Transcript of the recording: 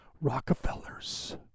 Rockefellers